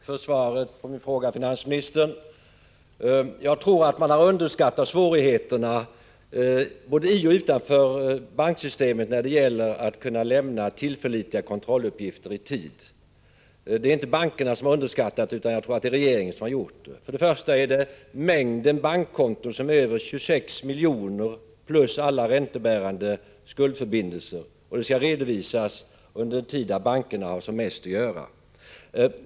Herr talman! Jag tackar finansministern för svaret på min fråga. Jag tror att man både inom och utanför banksystemet har underskattat svårigheterna när det gäller att i tid kunna lämna tillförlitliga kontrolluppgifter. Det är inte bankerna utan regeringen som mest har underskattat dessa svårigheter. Det gäller först och främst mängden av bankkonton, som till antalet uppgår till över 26 miljoner, samt därtill alla räntebärande skuldförbindelser. Alla uppgifter skall redovisas under den tid när bankerna har som mest att göra.